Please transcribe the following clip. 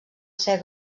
ser